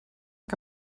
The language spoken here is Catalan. que